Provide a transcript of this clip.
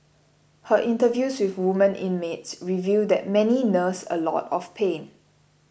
her interviews with women inmates reveal that many nurse a lot of pain